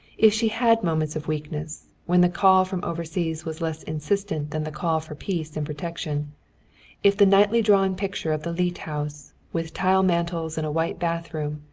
if she had moments of weakness, when the call from overseas was less insistent than the call for peace and protection if the nightly drawn picture of the leete house, with tile mantels and a white bathroom,